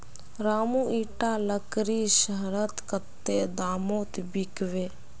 रामू इटा लकड़ी शहरत कत्ते दामोत बिकबे